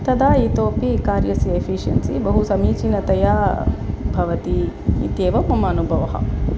तदा इतोऽपि कार्यस्य एफ़िषियन्सि बहु समीचीनतया भवति इत्येव मम अनुभवः